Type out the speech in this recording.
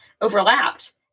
overlapped